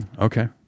Okay